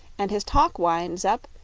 and his talk winds up,